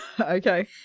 Okay